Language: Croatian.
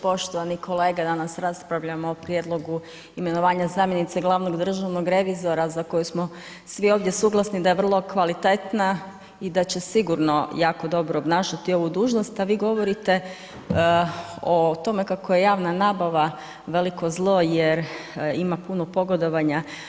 Poštovani kolege, danas raspravljamo o prijedlogu imenovanja zamjenice glavnog državnog revizora za koju smo svi ovdje suglasni da je vrlo kvalitetna i da će sigurno jako dobro obnašati ovu dužnost, a vi govorite o tome kako je javna nabava veliko zlo jer ima puno pogodovanja.